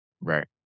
Right